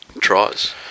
tries